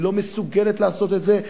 היא לא מסוגלת לעשות את זה,